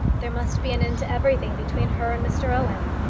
there must be an end to everything between her and mr owen.